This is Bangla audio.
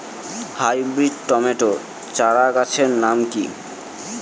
হাইব্রিড টমেটো চারাগাছের নাম কি?